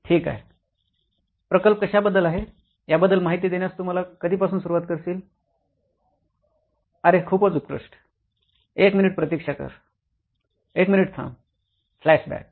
ठीक आहे प्रकल्प कशाबद्दल आहे याबद्दल माहिती देण्यास तू कधी पासून सुरवात करशील अरे खूपच उत्कृष्ट एक मिनिट प्रतीक्षा कर एक मिनिट थांब फ्लॅशबॅक